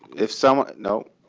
if someone no.